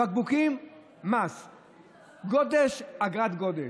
בקבוקים מס, גודש, אגרת גודש,